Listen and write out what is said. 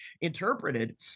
interpreted